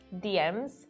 DMs